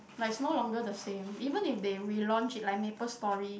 like is no longer the same even if they relaunch it like MapleStory